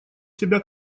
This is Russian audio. себя